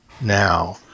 now